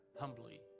humbly